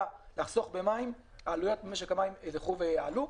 ולחסוך במים כי העלויות במשק המים ילכו ויעלו.